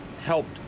helped